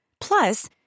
Plus